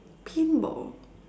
pinball